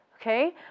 Okay